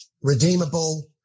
redeemable